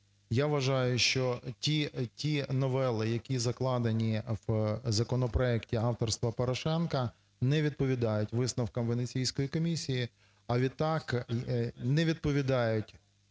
Я вважаю, що ті новели, які закладені в законопроекті авторства Порошенка, не відповідають висновкам Венеційської комісії, а відтак не відповідають